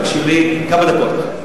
תקשיב לי כמה דקות.